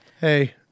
Hey